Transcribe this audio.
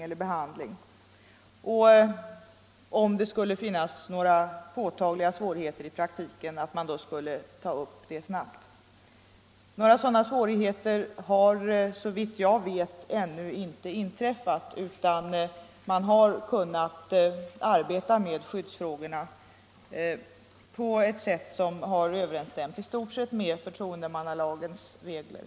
Onsdagen den Om det i praktiken skulle visa sig finnas påtagliga svårigheter skulle 28 maj 1975 de också tas upp till behandling mycket snabbt. Några sådana svårigheter. == har emellertid såvitt jag vet ännu inte inträffat, utan man har kunnat = Facklig förtroendearbeta med skyddsfrågorna på ett sätt som i stort sett har överensstämt — mans ställning på med förtroendemannalagens regler.